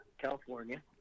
California